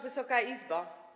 Wysoka Izbo!